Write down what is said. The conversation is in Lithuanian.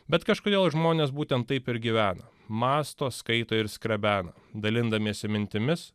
bet kažkodėl žmonės būtent taip ir gyvena mąsto skaito ir skrebena dalindamiesi mintimis